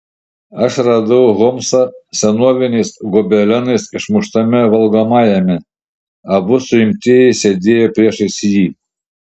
aš radau holmsą senoviniais gobelenais išmuštame valgomajame abu suimtieji sėdėjo priešais jį